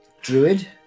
druid